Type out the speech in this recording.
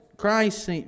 Christ